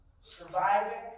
Surviving